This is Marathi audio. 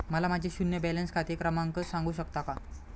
मला माझे शून्य बॅलन्स खाते क्रमांक सांगू शकता का?